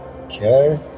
Okay